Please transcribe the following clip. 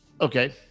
Okay